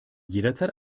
jederzeit